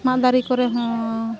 ᱢᱟᱫ ᱫᱟᱨᱮ ᱠᱚᱨᱮᱦᱚᱸ